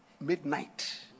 midnight